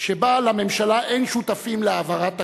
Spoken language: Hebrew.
שבה לממשלה אין שותפים להעברת תקציב,